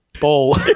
ball